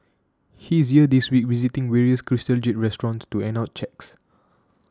he is here this week visiting various Crystal Jade restaurants to hand out cheques